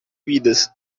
vidas